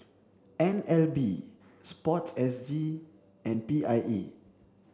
N L B sports S G and P I E